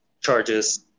charges